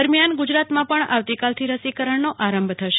દરમિયાન ગુજરાતમાં પણ આવતીકાલથી રસીકરણનો આરંભ થશે